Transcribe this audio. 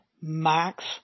Max